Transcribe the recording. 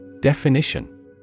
Definition